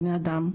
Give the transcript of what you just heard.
בני אדם,